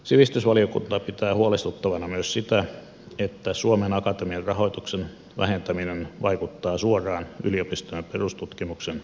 sivistysvaliokunta pitää huolestuttavana myös sitä että suomen akatemian rahoituksen vähentäminen vaikuttaa suoraan yliopistojen perustutkimuksen rahoitukseen